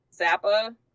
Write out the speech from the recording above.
Zappa